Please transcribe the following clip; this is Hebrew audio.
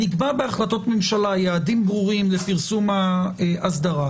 נקבע בהחלטות ממשלה יעדים ברורים לפרסום האסדרה.